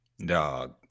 Dog